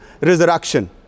resurrection